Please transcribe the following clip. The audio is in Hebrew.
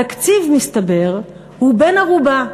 התקציב, מסתבר, הוא בן-ערובה,